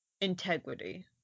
Integrity